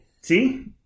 See